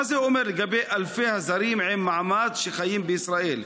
מה זה אומר לגבי אלפי הזרים עם מעמד שחיים בישראל?